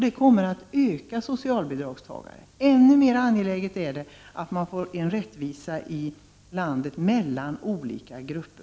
Detta kommer att öka antalet socialbidragstagare. Då är det ännu mera angeläget att det skapas en rättvisa i landet mellan olika grupper.